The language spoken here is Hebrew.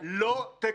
היה לא מכבר,